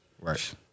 Right